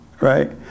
right